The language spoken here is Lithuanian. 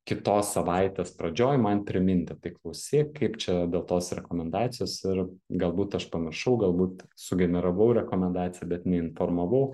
kitos savaitės pradžioj man priminti tai klausyk kaip čia dėl tos rekomendacijos ir galbūt aš pamiršau galbūt sugeneravau rekomendaciją bet neinformavau